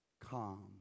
calm